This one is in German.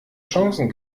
chancen